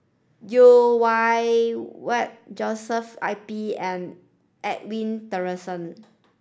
Yeo Wei Wei Joshua I P and Edwin Tessensohn